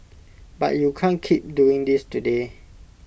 but you can't keep doing this today